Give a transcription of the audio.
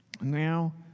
Now